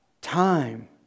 time